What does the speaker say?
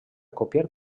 copiar